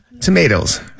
Tomatoes